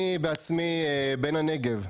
אני בעצמי בן הנגב,